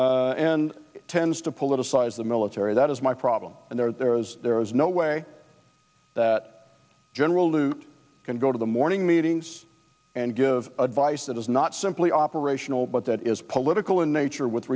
s and tends to politicize the military that is my problem and there is there is no way that general lute can go to the morning meetings and give advice that is not simply operational but that is political in nature with